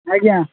ଆଜ୍ଞା